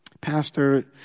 Pastor